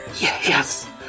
Yes